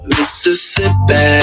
Mississippi